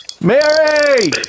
Mary